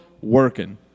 working